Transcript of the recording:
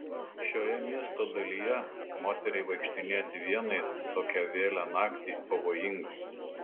šioje miesto dalyje moteriai vaikštinėti vienai tokią vėlią naktį pavojinga